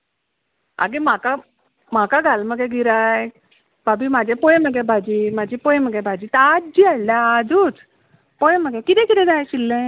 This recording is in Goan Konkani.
आगे म्हाका म्हाका घाल मगे गिरायक भाभी म्हागे पळय मगे भाजी म्हाजी पळय मगे भाजी ताजी हाडल्या आजूच पळय मगे कितें कितें जाय आशिल्लें